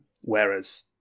whereas